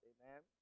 Amen